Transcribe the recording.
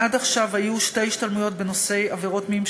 עד עכשיו היו שתי השתלמויות בנושא עבירות מין,